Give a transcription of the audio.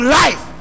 life